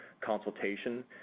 consultation